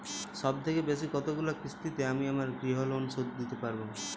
সবথেকে বেশী কতগুলো কিস্তিতে আমি আমার গৃহলোন শোধ দিতে পারব?